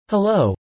Hello